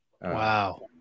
wow